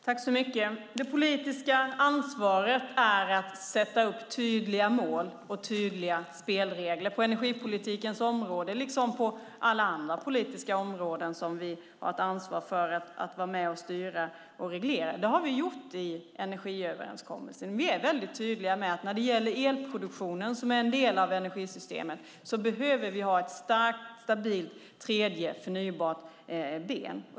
Herr talman! Det politiska ansvaret är att sätta upp tydliga mål och spelregler på energipolitikens område, liksom på alla andra politikområden där vi har ett ansvar att vara med och styra och reglera. Det har vi gjort i energiöverenskommelsen. Vi är väldigt tydliga med att när det gäller elproduktionen, som är en del av energisystemet, behöver vi ha ett starkt, stabilt tredje förnybart ben.